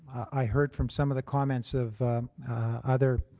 i heard from some of the comments of other